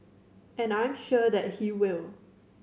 and I'm sure that he will